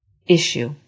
issue